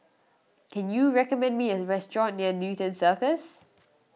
can you recommend me a restaurant near Newton Circus